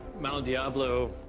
mount diablo,